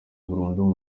burundu